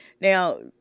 Now